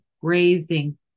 grazing